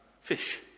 fish